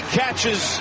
catches